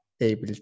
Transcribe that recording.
able